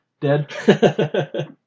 dead